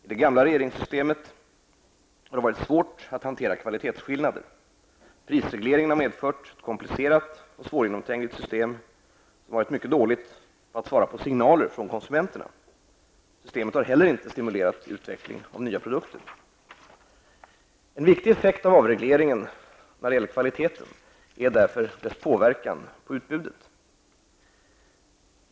I det gamla regleringssystemet har det varit svårt att hantera kvalitetsskillnader. Prisregleringen har medfört ett komplicerat och svårgenomträngligt system, som varit mycket dåligt på att svara på signaler från konsumenterna. Systemet har inte heller stimulerat utveckling av nya produkter. En viktig effekt av avregleringen när det gäller kvaliteten är därför dess påverkan på utbudet.